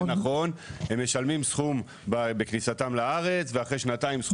הם משלמים סכום בכניסתם לארץ, אחרי שנתיים סכום